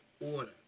order